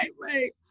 right